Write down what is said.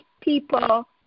people